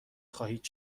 خواهید